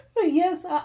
yes